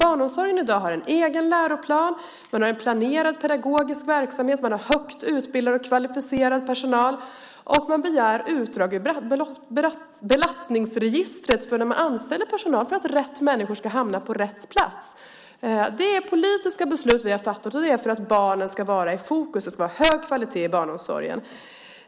Barnomsorgen har i dag en egen läroplan med en planerad pedagogisk verksamhet och med högt utbildad och kvalificerad personal. Man begär utdrag ur belastningsregistret vid anställning av personal för att rätt människor ska hamna på rätt plats. Det är politiska beslut som vi har fattat, och det är för att barnen ska vara i fokus. Det ska vara hög kvalitet i barnomsorgen.